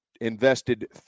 invested